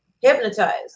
hypnotized